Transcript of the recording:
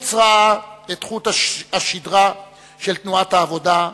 בקיבוץ ראה את חוט השדרה של תנועת העבודה,